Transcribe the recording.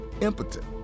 impotent